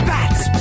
Bats